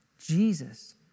Jesus